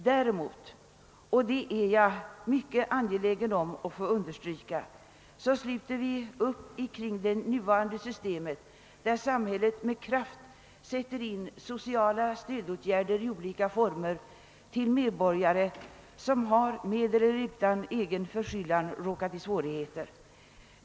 Däremot — det är jag mycket angelägen om att få understryka — sluter vi upp kring det nuvarande systemet, som innebär att samhället med kraft sätter in sociala stödåtgärder i olika former till hjälp åt medborgare som med eller utan egen förskyllan har råkat i svårigheter.